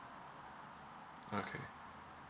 okay